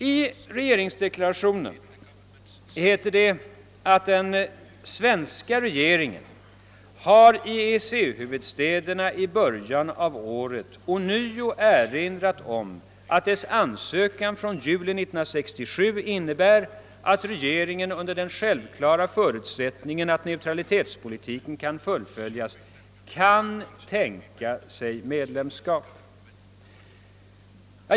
I regeringsdeklarationen heter det att den »svenska regeringen har i EEC-huvudstäderna i början av året ånyo erinrat om att dess ansökan från juli 1967 innebär att regeringen, under den självklara förutsättningen att neutralitetspolitiken kan fullföljas, kan tänka sig medlemskap».